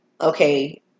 okay